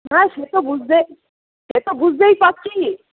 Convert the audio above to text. হ্যাঁ সেতো সেতো বুঝতেই পারছি